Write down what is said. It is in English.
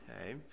okay